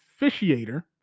officiator